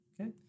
Okay